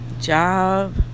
Job